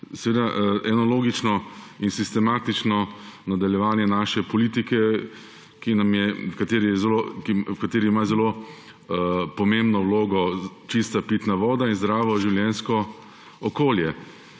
zakona, eno logično in sistematično nadaljevanje naše politike, v kateri imajo zelo pomembno vlogo čista pitna voda in zdravo življenjsko okolje.